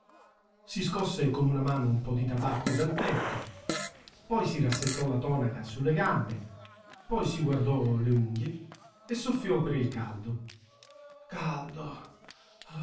si scosse con una mano un po di tabacco dal petto poi si rassettò la tonaca sulle gambe poi si guardò le unghie e soffiò per il caldo caldo